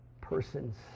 persons